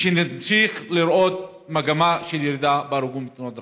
ושנמשיך לראות מגמה של ירידה בהרוגים בתאונות דרכים.